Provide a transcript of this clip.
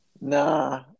Nah